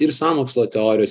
ir sąmokslo teorijos